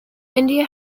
india